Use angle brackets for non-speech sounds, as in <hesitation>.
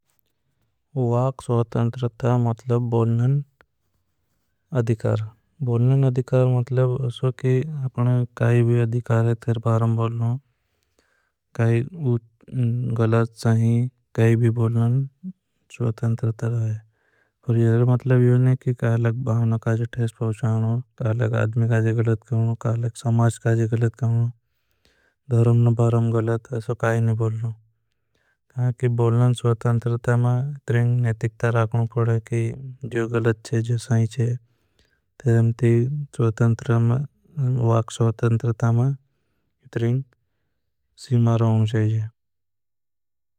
ओ आक स्वाधतान्तरत्ता मतलब बोलनओ आक ओ आक। अधिकार मतलब असो कि अपने काई भी अधिकार है तर। बारं <hesitation> बोलन गलत सही काई भी बोलन। स्वाधतान्तरत्ता रहा है यहर मतलब यो नहीं कि काई लग। भावना काजी ठेस परुछाहनो काई लग आदमे काजी गलत। कहनो लग समाश काजी गलत कहनो धरम न बारं गलत। असो काई नहीं बोलन बोलन स्वाधतान्तरत्ता मा इतरें नेतिक्ता। राखनो फ़ड़े कि जो गलत है जो साही है तेरें ते वाग। स्वाधतान्तरता मा इतरें सीमा राखनो चाहिए।